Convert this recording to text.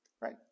Right